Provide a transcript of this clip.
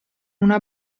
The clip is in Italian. una